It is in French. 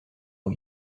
aux